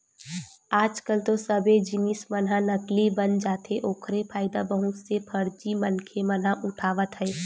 आज कल तो सब्बे जिनिस मन ह नकली बन जाथे ओखरे फायदा बहुत से फरजी मनखे मन ह उठावत हे